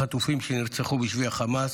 חטופים שנרצחו בשבי החמאס.